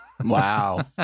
Wow